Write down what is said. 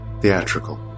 theatrical